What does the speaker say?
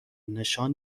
نشان